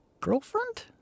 girlfriend